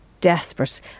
desperate